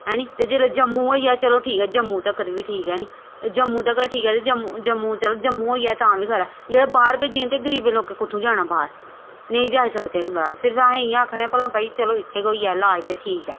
हैनी ते जेल्लै जम्मू होई जाए चलो ठीक ऐ जम्मू तगर बी ठीक ऐनी जम्मू तगर ठीक ऐ ते जम्मू जम्मू चल जम्मू होई जा तां बी खरा जेह्ड़ा बाह्र भेजी ज ते गरीब लोकें कुत्थुं जाना बाह्र नेईं जाई सकदे सिर्फ अस इ'यै आखने आं भला भ चलो इत्थै गै होई जा लाज ते ठीक ऐ